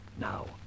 Now